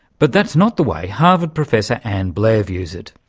but that's not the way harvard professor ann blair views it.